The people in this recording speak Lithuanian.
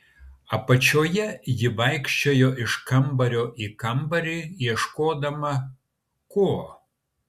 apačioje ji vaikščiojo iš kambario į kambarį ieškodama ko